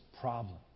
problem